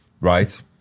Right